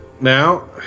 Now